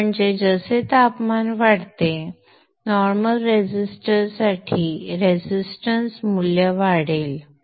म्हणजे जसे तापमान वाढते नॉर्मल रेसिस्टर साठी रेजिस्टन्स मूल्य वाढेल